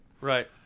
Right